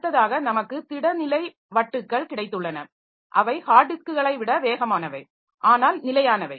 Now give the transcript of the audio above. அடுத்ததாக நமக்கு திடநிலை வட்டுகள் கிடைத்துள்ளன அவை ஹார்ட் டிஸ்க்குகளை விட வேகமானவை ஆனால் நிலையானவை